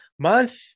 month